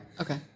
Okay